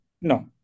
No